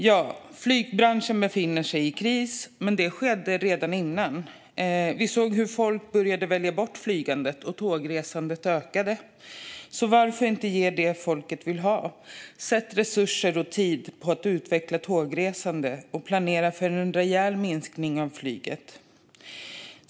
Ja, flygbranschen befinner sig i kris, men detta skedde redan innan. Vi såg att folk började välja bort flygandet och att tågresandet ökade, så varför inte ge folket det de vill ha? Lägg resurser och tid på att utveckla tågresandet, och planera för en rejäl minskning av flyget!